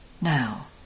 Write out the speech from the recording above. Now